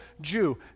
Jew